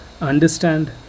understand